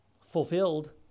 fulfilled